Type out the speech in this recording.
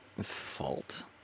fault